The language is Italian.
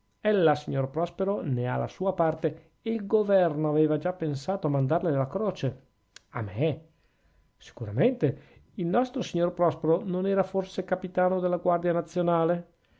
tutti ella signor prospero ne ha la sua parte e il governo aveva già pensato a mandarle la croce a me sicuramente il nostro signor prospero non era forse capitano della guardia nazionale